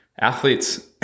athletes